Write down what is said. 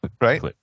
Right